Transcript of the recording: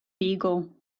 beagle